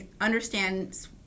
understand